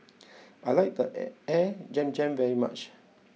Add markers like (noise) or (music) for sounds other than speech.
(noise) I like the (noise) Air Zam Zam very much